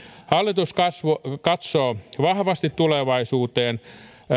hallitus katsoo vahvasti tulevaisuuteen